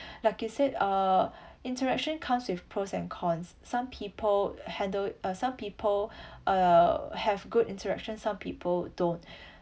like you said uh interaction comes with pros and cons some people handle it uh some people uh have good interaction some people don't